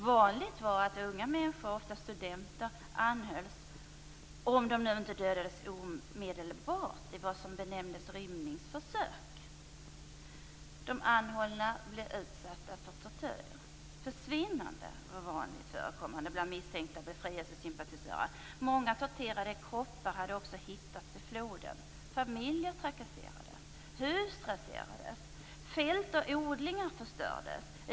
Vanligt var att unga människor, ofta studenter, anhölls om de inte dödades omedelbart i vad som benämndes rymningsförsök. De anhållna blev utsatta för tortyr. Försvinnanden var vanligt förekommande bland misstänkta befrielsesympatisörer. Många torterade kroppar hade också hittats i floden. Familjer trakasserades, hus raserades, fält och odlingar förstördes.